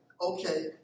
okay